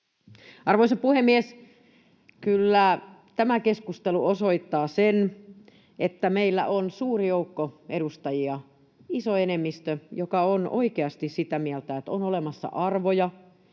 Arvoisa puhemies! Kyllä tämä keskustelu osoittaa sen, että meillä on suuri joukko edustajia, iso enemmistö, jotka ovat oikeasti sitä mieltä, että on olemassa arvoja,